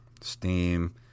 Steam